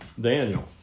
Daniel